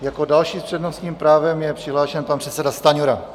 Jako další s přednostním právem je přihlášen pan předseda Stanjura.